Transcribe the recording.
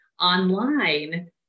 online